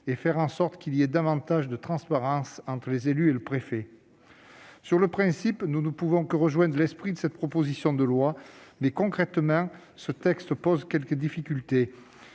de faire en sorte qu'il y ait davantage de transparence entre les élus et le préfet. Sur le principe, nous ne pouvons qu'en rejoindre l'esprit, mais, concrètement, ce texte pose quelques difficultés.